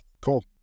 Cool